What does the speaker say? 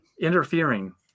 interfering